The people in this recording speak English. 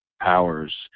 powers